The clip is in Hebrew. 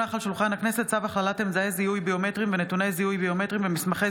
צו הכללת אמצעי זיהוי ביומטריים ונתוני זיהוי ביומטריים במסמכי